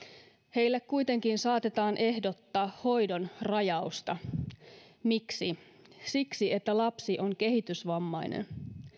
heille kuitenkin saatetaan ehdottaa hoidon rajausta miksi siksi että lapsi on kehitysvammainen